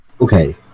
Okay